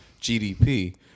GDP